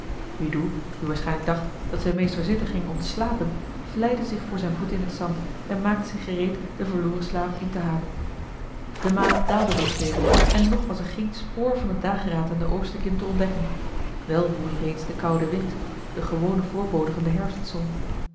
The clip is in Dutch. wiedu die waarschijnlijk dacht dat zijn meester zitten ging om te slapen vlijde zich voor zijne voeten in het zand en maakte zich gereed den verloren slaap in te halen de maan daalde reeds weder en nog was er geen spoor van den dageraad aan de oosterkim te ontdekken wel woei reeds de koude wind de gewone voorbode van de herfstzon